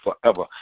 forever